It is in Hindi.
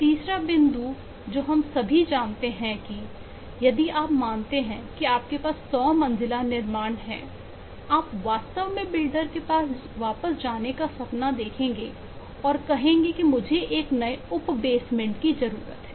तीसरा बिंदु जो हम सभी जानते हैं कि यदि आप मानते हैं कि आपके पास 100 मंजिला निर्माण है आप वास्तव में बिल्डर के पास वापस जाने का सपना देखेंगे और कहेंगे कि मुझे एक नए उप बेसमेंट की जरूरत है